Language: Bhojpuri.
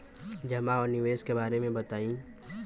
जमा और निवेश के बारे मे बतायी?